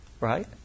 right